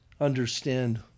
understand